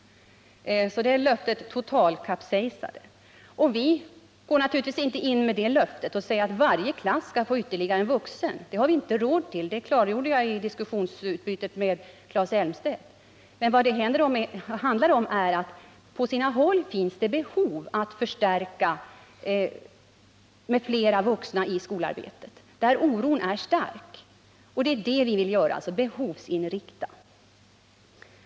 Det löftet totalkapsejsade alltså. Vilovar naturligtvis inte att varje klass skall få ytterligare en vuxen. Det har samhället inte råd med. Det klargjorde jag i diskussionen med Claes Elmstedt. Men vad den socialdemokratiska motionen handlar om är att det på sina håll finns behov av att förstärka personalen med fler vuxna i skolarbetet, nämligen där oron är stark. Det är så vi vill arbeta — att behovsinrikta.